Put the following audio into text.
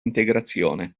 integrazione